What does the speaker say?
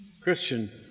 Christian